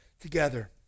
together